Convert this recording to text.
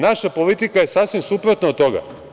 Naša politika je sasvim suprotna od toga.